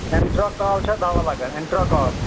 اینٹرا کال چھا دوا لَگان اینٹرا کال